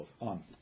on